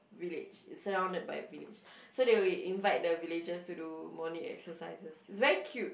village it's surrounded by a village so they will invite the villagers to do morning exercises it's very cute